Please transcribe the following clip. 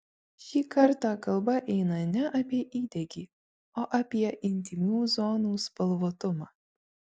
šį kartą kalba eina ne apie įdegį o apie intymių zonų spalvotumą